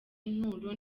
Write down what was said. inturo